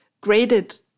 graded